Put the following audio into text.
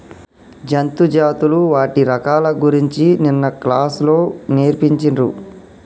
జంతు జాతులు వాటి రకాల గురించి నిన్న క్లాస్ లో నేర్పిచిన్రు